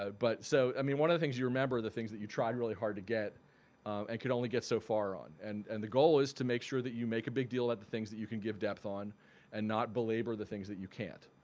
but so i mean one of the things you remember, the things that you tried really hard to get and could only get so far on and and the goal is to make sure that you make a big deal at the things that you can give depth on and not belabor the things that you can't.